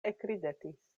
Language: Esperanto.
ekridetis